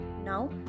Now